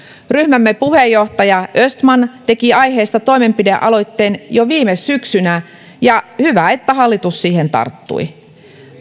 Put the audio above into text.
ryhmämme puheenjohtaja östman teki aiheesta toimenpidealoitteen jo viime syksynä ja hyvä että hallitus siihen tarttui